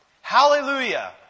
Hallelujah